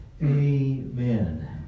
amen